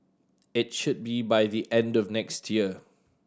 it should be by the end of next year